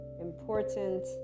important